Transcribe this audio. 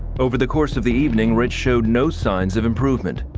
over the course of the evening, rich showed no signs of improvement.